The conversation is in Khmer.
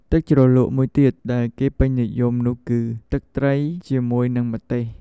ទឹកជ្រលក់មួយទៀតដែលគេពេញនិយមនោះគឺ ទឹកត្រីជាមួយនិងម្ទេស។